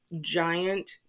giant